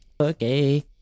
Okay